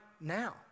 now